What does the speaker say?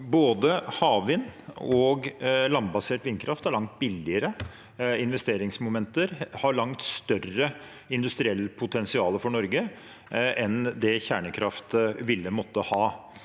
Både havvind og landbasert vindkraft er langt billigere investeringsmomenter og har langt større industrielt potensial for Norge enn det kjernekraft ville måtte ha.